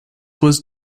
was